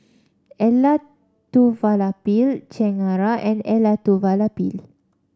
Elattuvalapil Chengara and Elattuvalapil